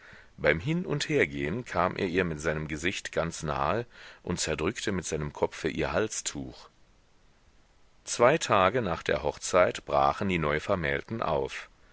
beim hin und hergehen kam er ihr mit seinem gesicht ganz nahe und zerdrückte mit seinem kopfe ihr halstuch zwei tage nach der hochzeit brachen die neuvermählten auf